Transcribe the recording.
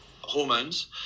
hormones